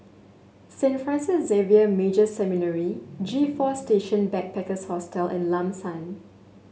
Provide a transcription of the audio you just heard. Saint Francis Xavier Major Seminary G Four Station Backpackers Hostel and Lam San